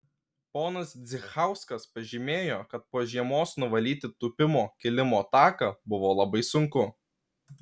ponas zdzichauskas pažymėjo kad po žiemos nuvalyti tūpimo kilimo taką buvo labai sunku